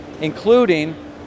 including